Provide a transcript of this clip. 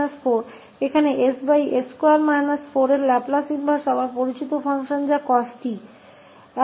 इधर 𝑠s24 का Laplace inverse फिर से ज्ञात फंक्शन है